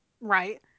right